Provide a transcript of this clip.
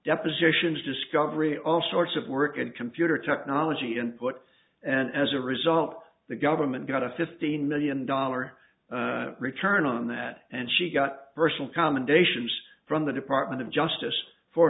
depositions discovery all sorts of work and computer technology input and as a result the government got a fifteen million dollar return on that and she got personal commendations from the department of justice for